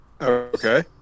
Okay